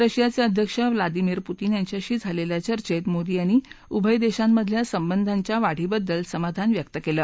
रशियाचे अध्यक्ष Vladimir Putin यांच्याशी झालेल्या चर्चेत मोदी यांनी उभय देशांमधल्या संबंधाच्या वाढीबद्दल समाधान व्यक्त केलं